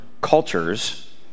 cultures